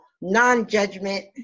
non-judgment